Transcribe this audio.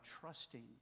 trusting